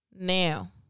Now